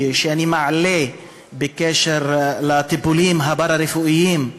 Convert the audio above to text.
שאני מעלה בקשר לטיפולים הפארה-רפואיים,